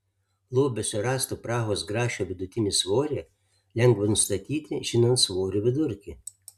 lobiuose rasto prahos grašio vidutinį svorį lengva nustatyti žinant svorių vidurkį